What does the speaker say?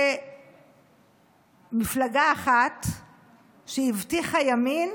שמפלגה אחת שהבטיחה ימין